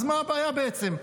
אז מה הבעיה בעצם?